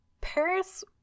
paris